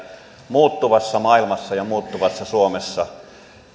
muuttuvassa maailmassa ja muuttuvassa suomessa